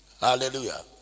Hallelujah